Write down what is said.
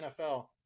NFL